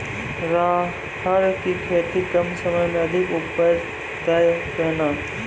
राहर की खेती कम समय मे अधिक उपजे तय केना?